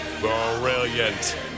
Brilliant